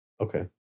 Okay